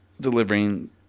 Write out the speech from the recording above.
delivering